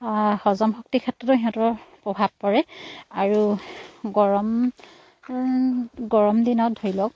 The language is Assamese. হজম শক্তিৰ ক্ষেত্ৰতো সিহঁতৰ প্ৰভাৱ পৰে আৰু গৰম গৰম দিনত ধৰি লওক